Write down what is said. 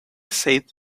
said